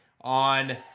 on